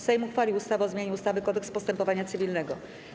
Sejm uchwalił ustawę o zmianie ustawy - Kodeks postępowania cywilnego.